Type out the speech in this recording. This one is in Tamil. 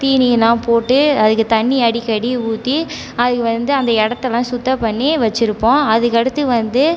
தீனி எல்லாம் போட்டு அதுக்கு தண்ணி அடிக்கடி ஊற்றி அது வந்து அந்த இடத்தெல்லாம் சுத்தம் பண்ணி வச்சுருப்போம் அதுக்கடுத்து வந்து